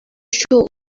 sure